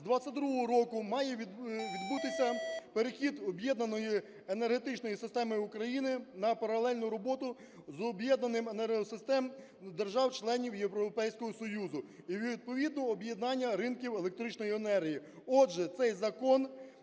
з 2022 року має відбутися перехід Об'єднаної енергетичної системи України на паралельну роботу з Об'єднанням енергосистем держав-членів Європейського Союзу і, відповідно, об'єднання ринків електричної енергії. Отже, цей закон